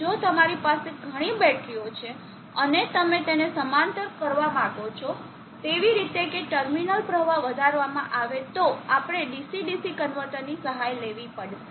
જો તમારી પાસે ઘણી બેટરીઓ છે અને તમે તેને સમાંતર કરવા માંગો છો એવી રીતે કે ટર્મિનલ પ્રવાહ વધારવામાં આવે તો આપણે DC DC કન્વર્ટરની સહાય લેવી પડશે